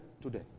today